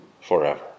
forever